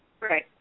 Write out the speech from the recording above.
Right